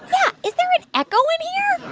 yeah. is there an echo in here?